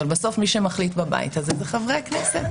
אבל בסוף מי שמחליט בבית הם חברי הכנסת.